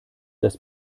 das